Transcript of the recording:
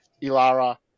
Ilara